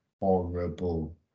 horrible